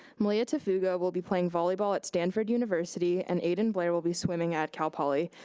malia tufugo will be playing volleyball at stanford university and aidan blair will be swimming at cal poly.